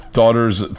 daughter's